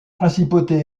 principauté